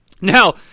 Now